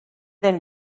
then